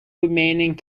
remaining